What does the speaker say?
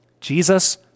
Jesus